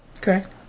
Correct